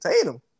Tatum